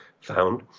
found